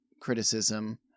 criticism